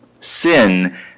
Sin